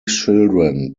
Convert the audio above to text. children